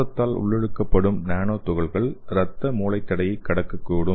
சுவாசத்தால் உள்ளிழுக்கப்படும் நானோ துகள்கள் இரத்த மூளை தடையை கடக்கக்கூடும்